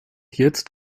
jetzt